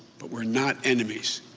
but we're not enemies.